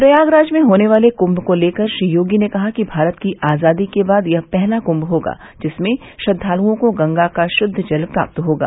प्रयागराज में होने वाले कुम्म को लेकर श्री योगी ने कहा कि भारत की आजादी के बाद यह पहला कुंग होगा जिसमें श्रद्दालुओं को गंगा का शुद्द जल प्राप्त होगा